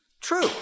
True